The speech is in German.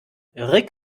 rick